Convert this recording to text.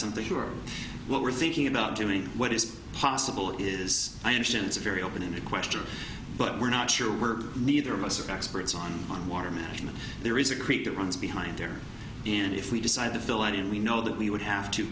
something sure what we're thinking about doing what is possible is i understand it's a very open ended question but we're not sure we're neither of us are experts on on water actually there is a creek that runs behind there and if we decide to fill it in we know that we would have to